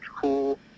Cool